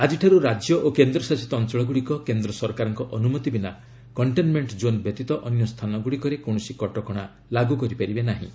ଆଜିଠାରୁ ରାଜ୍ୟ ଓ କେନ୍ଦ୍ରଶାସିତ ଅଞ୍ଚଳଗୁଡ଼ିକ କେନ୍ଦ୍ର ସରକାରଙ୍କ ଅନୁମତି ବିନା କଷ୍ଟେନ୍ମେଣ୍ଟ ଜୋନ୍ ବ୍ୟତୀତ ଅନ୍ୟ ସ୍ଥାନଗୁଡ଼ିକରେ କୌଣସି କଟକଣା ଲାଗୁ କରିପାରିବେ ନାହିଁ